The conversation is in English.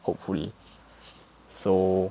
hopefully so